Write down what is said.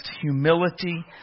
humility